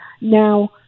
Now